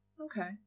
okay